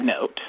note